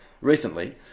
recently